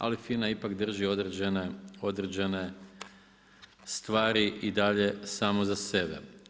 Ali, FINA ipak drži određene stvari i dalje samo za sebe.